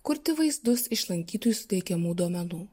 kurti vaizdus iš lankytojų suteikiamų duomenų